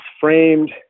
framed